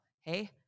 hey